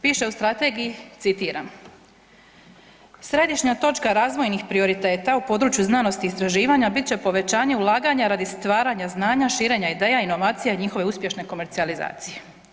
Piše u strategiji, citiram: Središnja točka razvojnih prioriteta u području znanosti i istraživanja bit će povećanje ulaganja radi stvaranja znanja, širenja ideja, inovacija i njihove uspješne komercijalizacije.